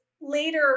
Later